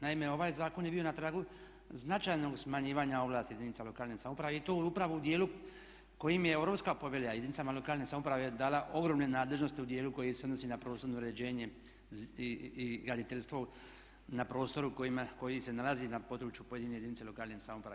Naime, ovaj zakon je bio na tragu značajnog smanjivanja ovlasti jedinica lokalne samouprave i to upravo u dijelu kojim je Europska povelja jedinicama lokalne samouprave dala ogromne nadležnosti u dijelu koji se odnosi na prostorno uređenje i graditeljstvo na prostoru koji se nalazi na području pojedine jedinice lokalne samouprave.